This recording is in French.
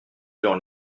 durant